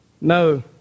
No